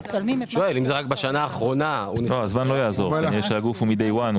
לא, הזמן לא יעזור כי הגוף הוא מ-Day one.